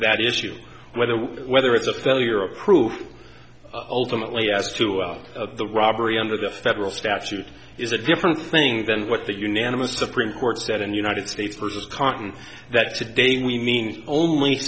that issue whether whether it's a failure approved ultimately as two out of the robbery under the federal statute is a different thing than what the unanimous supreme court said in united states versus cotton that today we mean only